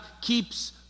keeps